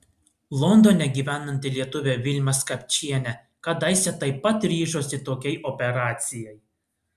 londone gyvenanti lietuvė vilma skapčienė kadaise taip pat ryžosi tokiai operacijai